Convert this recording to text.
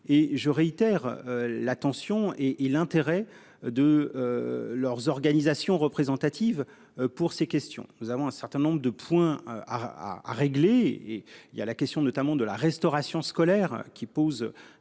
et je réitère la tension et et l'intérêt de. Leurs organisations représentatives. Pour ces questions, nous avons un certain nombre de points à à régler et il y a la question notamment de la restauration scolaire, qui pose